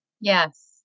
Yes